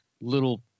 little